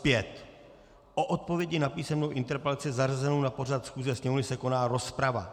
5: O odpovědi na písemnou interpelaci zařazenou na pořad schůze Sněmovny se koná rozprava.